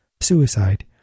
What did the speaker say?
suicide